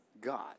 God